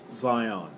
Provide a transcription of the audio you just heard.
Zion